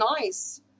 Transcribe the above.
nice